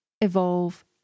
evolve